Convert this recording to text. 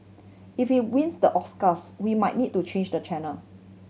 if he wins the Oscars we might need to change the channel